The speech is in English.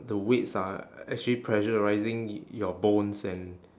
the weights are actually pressurising your bones and